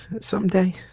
Someday